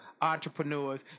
entrepreneurs